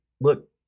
look